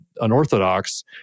unorthodox